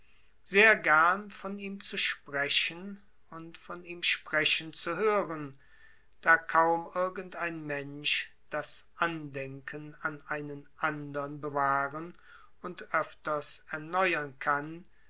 sehr gern von ihm zu sprechen und von ihm sprechen zu hören da kaum irgend ein mensch das andenken an einen andern bewahren und öfters erneuern kann